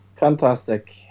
Fantastic